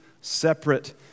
separate